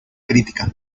crítica